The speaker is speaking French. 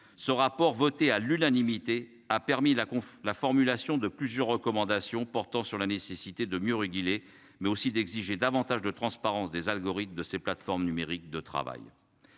ce rapport voté à l'unanimité a permis la la formulation de plusieurs recommandations portant sur la nécessité de mieux réguler mais aussi d'exiger davantage de transparence des algorithmes de ces plateformes numériques de travail.